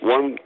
One